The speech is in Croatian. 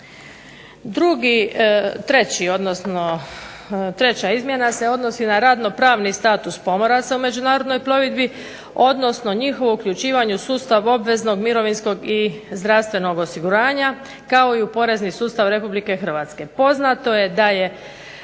Drugi, treći odnosno treća izmjena se odnosi na radno pravni status pomoraca u međunarodnoj plovidbi, odnosno njihovo uključivanje u sustav obveznog mirovinskog i zdravstvenog osiguranja kao i u porezni sustav Republike Hrvatske. Poznato je da je